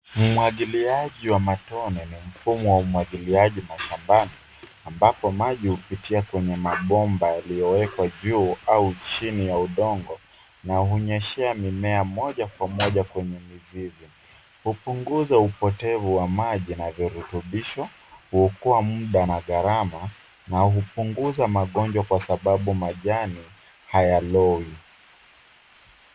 Umwagiliaji wa matone ni mfumo wa umwagiliaji mashambani ambapo maji hupitia kwenye mabomba yaliyowekwa juu au chini ya udongo na hunyeshea mimea moja kwa moja kwenye mizizi. Hupunguza upotevu wa maji na virutubisho, huokoa muda na gharama na hupunguza magonjwa kwa sababu majani hayaloi.